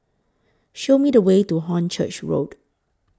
Show Me The Way to Hornchurch Road